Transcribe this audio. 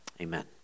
Amen